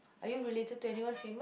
are you related to anyone famous